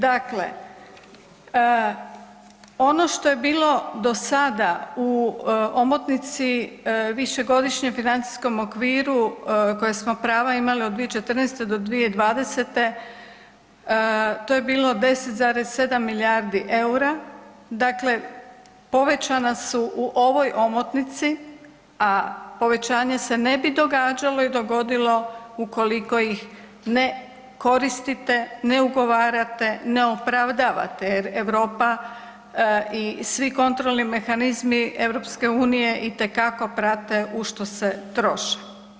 Dakle, ono što je bilo do sada u omotnici višegodišnjem financijskom okviru koja smo prava imali od 2014. do 2020. to je bilo 10,7 milijardi EUR-a, dakle povećana su u ovoj omotnici, a povećanje se ne bi događalo i dogodilo ukoliko ih ne koristite, ne ugovarate, ne opravdavate jer Europa i svi kontrolni mehanizmi EU itekako prate u što se troše.